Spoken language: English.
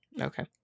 Okay